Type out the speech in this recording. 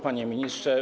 Panie Ministrze!